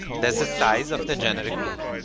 there's the size of the genetic pool.